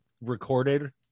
recorded